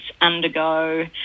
undergo